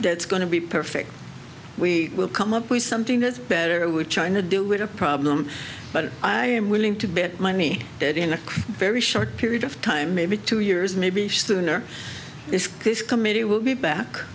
that's going to be perfect we will come up with something that's better would china do it a problem but i am willing to bet money that in a very short period of time maybe two years maybe sooner this committee will be back